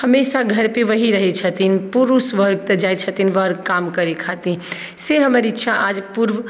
हमेशा घर पर ओएह रहैत छथिन पुरुष वर्ग तऽ जाइत छथिन वर्क काम करै खातिर से हम इच्छा आज पूर्ण